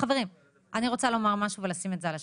חברים, אני רוצה לומר משהו ולשים את זה על השולחן.